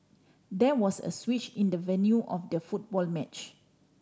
there was a switch in the venue of the football match